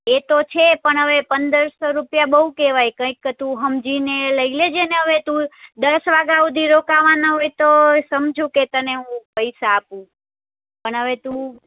એ તો છે પણ હવે પંદર સો રૂપિયા બહુ કહેવાય કંઈક તું સમજીને લઈ લેજેને હવે તું દસ વાગ્યા સુધી રોકાવાના હોય તોય સમજુ કે તને હું પૈસા આપું પણ હવે તું